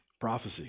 prophecy